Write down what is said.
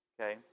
Okay